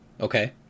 okay